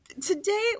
today